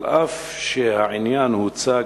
על אף שהעניין הוצג,